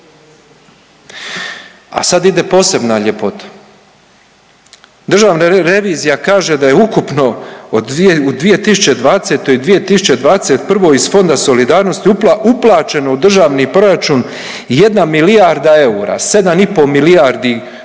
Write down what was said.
A sad ide posebna ljepota. Državna revizija kaže da je ukupno u 2020. i 2021. iz Fonda solidarnosti uplaćeno u Državni proračun 1 milijarda eura, 7,5 milijardi kuna